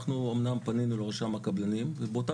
אנחנו אמנם פנינו לרשם הקבלנים ובאותה